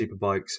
Superbikes